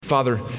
Father